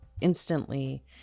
instantly